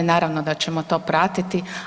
Naravno da ćemo to pratiti.